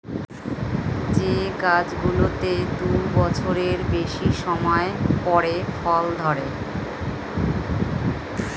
যে গাছগুলোতে দু বছরের বেশি সময় পরে ফল ধরে